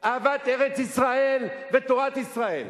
אהבת ארץ-ישראל ותורת ישראל.